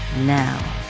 Now